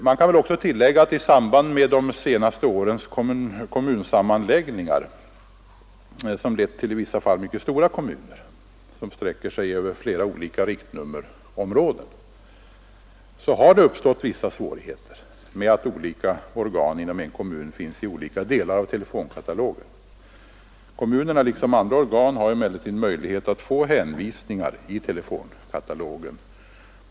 Det kan också tilläggas att det i samband med de senaste årens kommunsammanläggningar, som i vissa fall lett till mycket stora kommuner som sträcker sig över flera olika riktnummerområden, har uppstått svårigheter med att olika organ inom en kommun finns i olika delar av telefonkatalogen. Liksom andra organ har emellertid kommunerna möjlighet att få hänvisningar i telefonkatalogen.